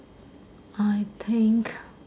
I think